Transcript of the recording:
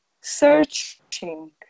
searching